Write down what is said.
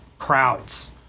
crowds